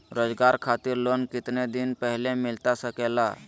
रोजगार खातिर लोन कितने दिन पहले मिलता सके ला?